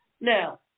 Now